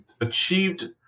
achieved